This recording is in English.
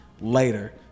later